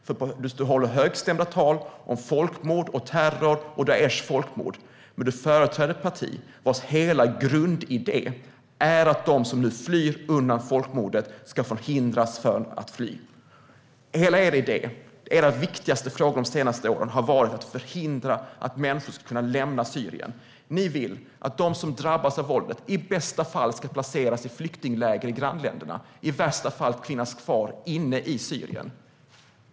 Du håller högstämda tal om folkmord och terror och Daishs folkmord, men du företräder ett parti vars hela grundidé är att de som nu flyr undan folkmordet ska hindras från att fly. Hela er idé, era viktigaste frågor de senaste åren, har varit att förhindra att människor ska kunna lämna Syrien. Ni vill att de som drabbas av våldet i bästa fall ska placeras i flyktingläger i grannländerna, i värsta fall finnas kvar inne i Syrien.